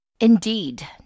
Indeed